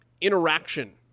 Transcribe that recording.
interaction